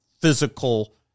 physical